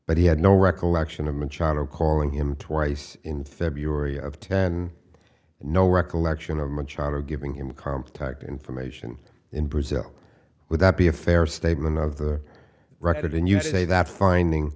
but he had no recollection of machado calling him twice in february of ten no recollection of machado giving him contact information in brazil with that be a fair statement of the record and you say that finding